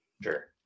sure